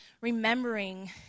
remembering